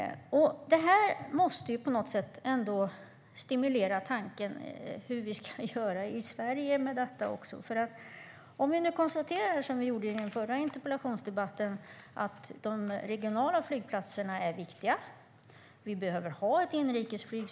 Detta måste ändå på något sätt stimulera tanken hur vi kan göra i Sverige. I den förra interpellationsdebatten konstaterade vi att de regionala flygplatserna är viktiga. Vi behöver ett fungerande inrikesflyg.